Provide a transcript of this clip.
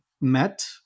met